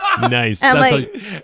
Nice